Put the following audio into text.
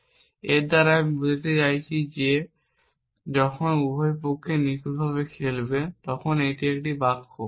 এবং এর দ্বারা আমি বলতে চাচ্ছি যে যখন উভয় পক্ষই নিখুঁতভাবে খেলবে তখন এটি একটি বাক্য